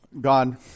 God